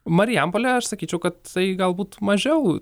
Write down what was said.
marijampolė aš sakyčiau kad tai galbūt mažiau